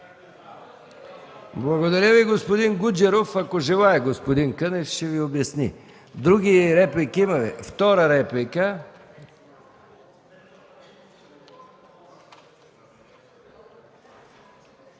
Благодаря Ви, господин Гуджеров. Ако господин Кънев желае, ще Ви обясни. Други реплики има ли? Втора реплика.